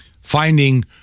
finding